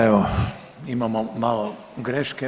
Evo, imamo malo greške.